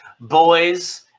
boys